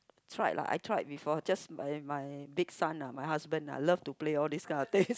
tried lah I tried before just my my big son ah my husband ah love to play all this kind of thing